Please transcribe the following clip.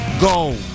go